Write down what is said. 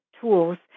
tools